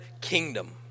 kingdom